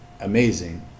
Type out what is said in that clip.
amazing